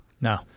No